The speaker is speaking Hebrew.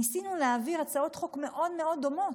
ניסינו להעביר הצעות חוק מאוד מאוד דומות.